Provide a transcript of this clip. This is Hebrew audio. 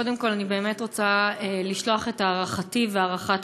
קודם כול אני באמת רוצה לשלוח את הערכתי והערכת